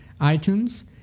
iTunes